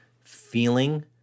feeling